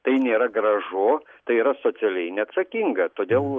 tai nėra gražu tai yra socialiai neatsakinga todėl